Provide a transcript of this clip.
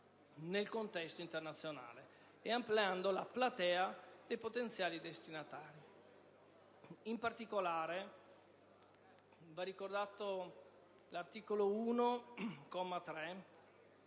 nel contesto internazionale e ampliando la platea dei potenziali destinatari. In particolare, va ricordato l'articolo 1,